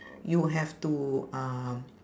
you have to um